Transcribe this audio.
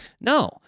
No